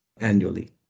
annually